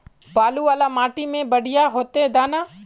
बालू वाला माटी में बढ़िया होते दाना?